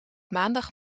maandag